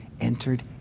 entered